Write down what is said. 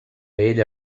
ell